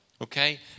okay